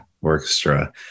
orchestra